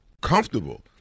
comfortable